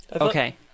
Okay